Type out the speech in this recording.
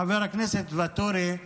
חבר הכנסת ואטורי,